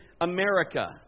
America